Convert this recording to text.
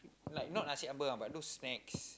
like not Nasi Ambeng ah but those snacks